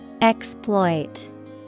Exploit